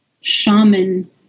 shaman